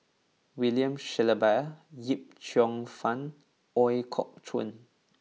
William Shellabear Yip Cheong Fun Ooi Kok Chuen